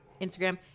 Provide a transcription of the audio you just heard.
instagram